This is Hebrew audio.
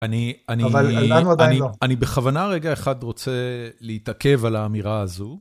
אני אני אני אני בכוונה רגע אחד רוצה להתעכב על האמירה הזו.